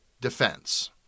defense